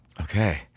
Okay